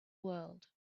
world